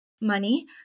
money